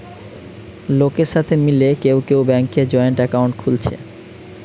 লোকের সাথে মিলে কেউ কেউ ব্যাংকে জয়েন্ট একাউন্ট খুলছে